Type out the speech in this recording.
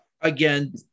Again